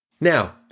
Now